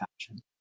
fashion